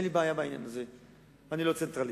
אין לי בעיה בעניין הזה, אני לא צנטרליסט.